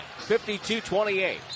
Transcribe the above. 52-28